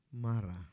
Mara